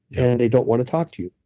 and they don't want to talk to you.